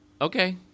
Okay